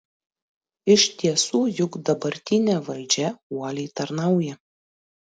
iš tiesų juk dabartinė valdžia uoliai tarnauja